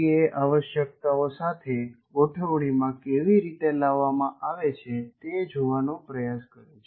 એ આવશ્યકતાઓ સાથે ગોઠવણીમાં કેવી રીતે લાવવામાં આવે છે તે જોવાનો પ્રયાસ કરે છે